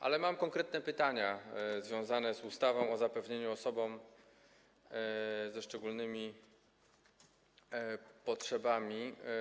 Ale mam konkretne pytania związane z ustawą o zapewnianiu dostępności osobom ze szczególnymi potrzebami.